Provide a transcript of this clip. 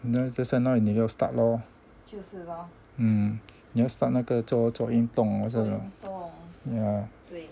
那现在你要 start lor mm 你要 start 那个做做运动 ya